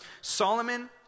Solomon